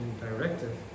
directive